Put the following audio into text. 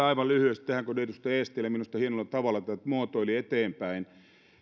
aivan lyhyesti tähän kun edustaja eestilä minusta hienolla tavalla tätä muotoili eteenpäin